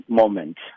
moment